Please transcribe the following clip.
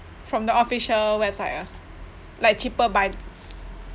from the official website ah like cheaper by